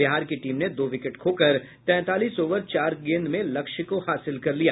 बिहार की टीम ने दो विकेट खोकर तैंतालीस ओवर चार गेंद में लक्ष्य को हासिल कर लिया